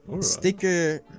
sticker